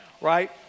right